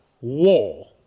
war